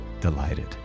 delighted